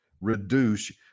reduce